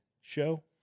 show